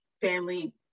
family